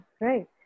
right